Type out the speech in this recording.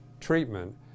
treatment